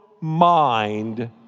mind